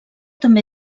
també